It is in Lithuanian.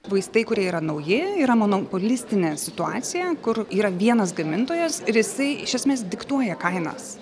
vaistai kurie yra nauji yra monopolistinė situacija kur yra vienas gamintojas ir jisai iš esmės diktuoja kainas